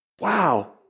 Wow